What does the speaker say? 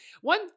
One